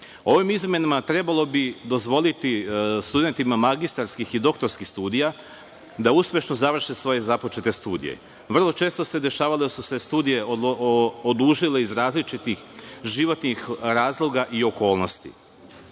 Ovi izmenama bi trebalo dozvoliti studentima magistarskih i doktorskih studija da uspešno završe svoje započete studije. Vrlo često se dešavalo da su se studije odužile iz različitih životnih razloga i okolnosti.